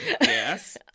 Yes